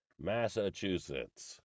Massachusetts